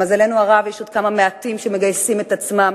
למזלנו הרב יש עוד כמה מעטים שמגייסים את עצמם,